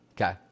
okay